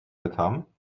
bekam